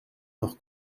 leur